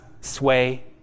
sway